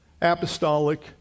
apostolic